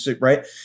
Right